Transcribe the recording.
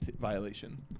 violation